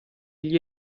gli